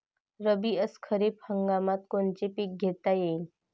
रब्बी अस खरीप हंगामात कोनचे पिकं घेता येईन?